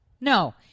No